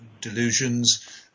delusions